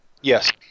Yes